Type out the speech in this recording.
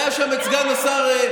והיה שם סגן השר,